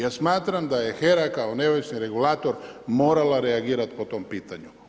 Ja smatram da je HERA kao neovisni regulator morala reagirati po tom pitanju.